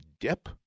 dip